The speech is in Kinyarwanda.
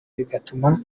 bigatuma